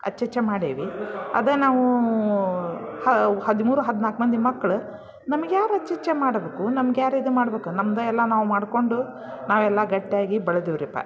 ಅಚ್ಚಚ್ಚ ಮಾಡೀವಿ ಅದು ನಾವು ಹದಿಮೂರು ಹದಿನಾಲ್ಕು ಮಂದಿ ಮಕ್ಳು ನಮ್ಗ್ಯಾರು ಅಚ್ಚಚ್ಚ ಮಾಡಬೇಕು ನಮಗ್ಯಾರು ಇದು ಮಾಡಬೇಕು ನಮ್ದು ಎಲ್ಲ ನಾವು ಮಾಡಿಕೊಂಡು ನಾವೆಲ್ಲ ಗಟ್ಟಿಯಾಗಿ ಬೆಳೆದಿವ್ರಿಪ್ಪ